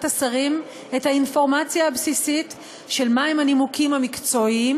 השרים את האינפורמציה הבסיסית של מהם הנימוקים המקצועיים